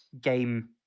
game